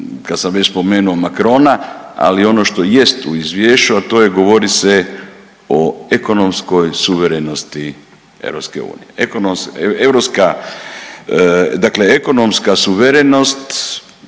kad sam već spomenuo Macrona, ali ono što jest u izvješću, a to je govori se o ekonomskoj suverenosti EU. Dakle ekonomska suverenost